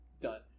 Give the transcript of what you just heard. done